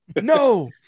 No